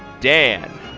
Dan